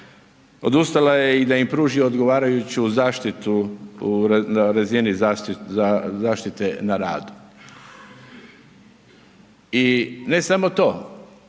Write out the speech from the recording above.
Odustala je i da im pruži odgovarajuću zaštitu u razini zaštite na radu i ne samo to